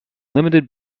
limited